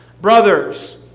brothers